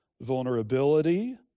vulnerability